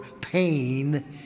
pain